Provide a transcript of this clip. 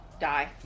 die